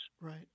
Right